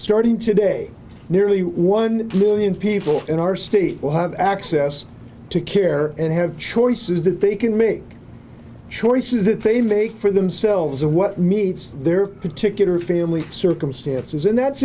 starting today nearly one million people in our state will have access to care and have choices that they can make choices that they make for themselves and what meets their particular family circumstances and that's